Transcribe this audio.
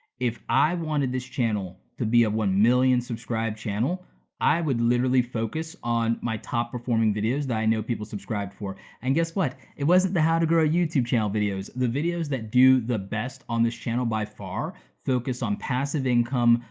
if i wanted this channel to be a one million subscribe channel i would literally focus on my top performing videos that i know people subscribed for. and guess what, it wasn't the how to grow a youtube channel videos. the videos that do the best on this channel, by far, focus on passive income,